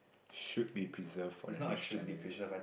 should be preserved for the next generation